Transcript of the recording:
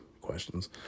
questions